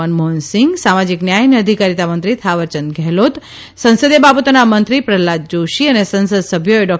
મનમોહનસિંઘ સામાજીક ન્યાય અને અધિકારીતા મંત્રી થાવરચંદ ગેહલોત સંસદીય બાબતોના મંત્રી પ્રફલાદ જોશી અને સંસદ સભ્યોએ ડૉ